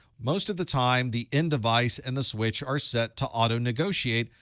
most of the time, the end device and the switch are set to auto-negotiate,